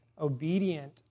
obedient